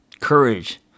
courage